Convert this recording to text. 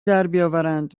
دربیاورند